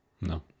No